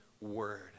word